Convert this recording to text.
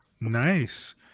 Nice